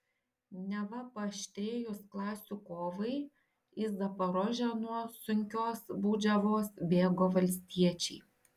neva paaštrėjus klasių kovai į zaporožę nuo sunkios baudžiavos bėgo valstiečiai